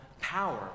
power